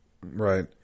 Right